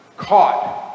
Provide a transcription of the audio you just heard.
Caught